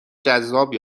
جذاب